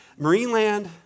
Marineland